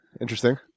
Interesting